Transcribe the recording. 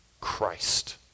Christ